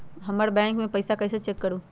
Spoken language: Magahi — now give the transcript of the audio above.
हमर बैंक में पईसा कईसे चेक करु?